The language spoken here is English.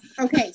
Okay